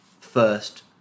first